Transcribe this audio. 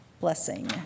blessing